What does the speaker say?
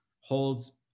holds